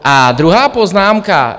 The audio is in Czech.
A druhá poznámka.